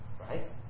right